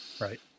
Right